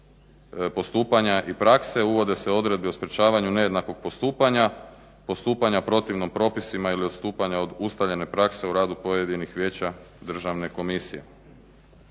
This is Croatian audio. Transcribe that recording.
postupanja i prakse. Uvode se odredbe o sprečavanju nejednakog postupanja, postupanja protivno propisima ili odstupanja od ustaljene prakse u radu pojedinih vijeća Državne komisije.